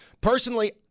Personally